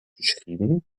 geschrieben